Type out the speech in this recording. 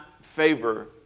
favor